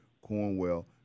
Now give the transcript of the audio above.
Cornwell